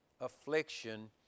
affliction